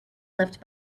lift